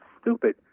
stupid